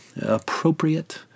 appropriate